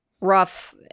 rough